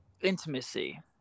intimacy